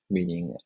Meaning